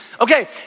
Okay